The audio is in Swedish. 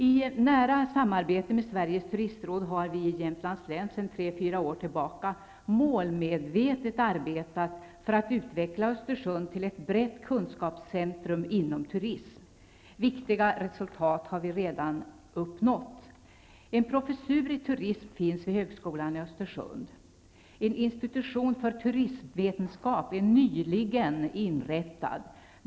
I nära samarbete med Sveriges turistråd har vi i Jämtlands län sedan tre fyra år tillbaka målmedvetet arbetat för att utveckla Östersund till ett brett kunskapscentrum inom turism. Viktiga resultat har redan uppnåtts. En professur i turism finns vid högskolan i Östersund. En institution för turismvetenskap är nyligen inrättad.